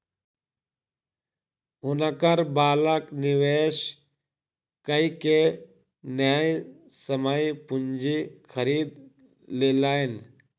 हुनकर बालक निवेश कय के न्यायसम्य पूंजी खरीद लेलैन